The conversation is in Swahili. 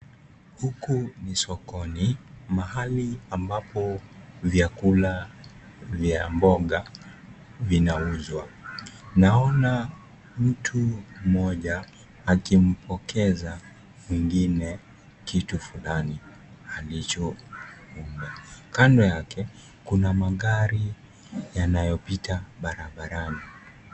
Huku ni sokoni. Mahali ambapo vyakula vya mboga vinauzwa. Naona mtu mmoja akimkopesha mwingine kitu fulani alichofunga. Kando yake, kuna magari yanayopita barabarani.